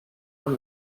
con